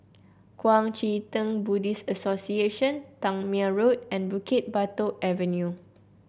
Kuang Chee Tng Buddhist Association Tangmere Road and Bukit Batok Avenue